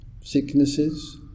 sicknesses